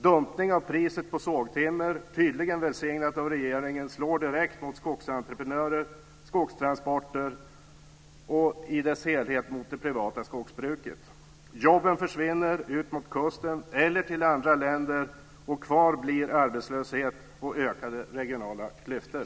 Dumpning av priset på sågtimmer, tydligen välsignat av regeringen, slår direkt mot skogsentreprenörer, skogstransporter och mot det privata skogsbruket i dess helhet. Jobben försvinner ut mot kusten eller till andra länder. Kvar blir arbetslöshet och ökade regionala klyftor.